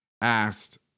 asked